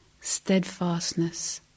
steadfastness